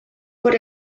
por